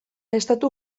estatu